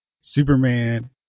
Superman